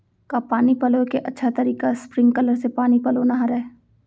का पानी पलोय के अच्छा तरीका स्प्रिंगकलर से पानी पलोना हरय?